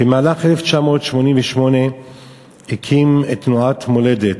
במהלך 1988 הקים את תנועת מולדת